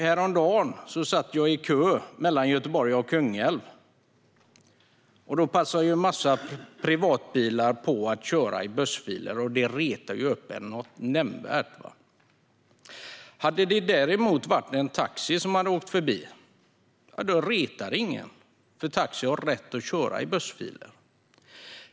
Häromdagen satt jag i bilkö mellan Göteborg och Kungälv. Då passade en massa privatbilar på att köra i bussfilen, och det retar ju upp en. Om det däremot hade varit en taxi som åkt förbi hade ingen blivit uppretad, för taxi har rätt att köra i bussfilen.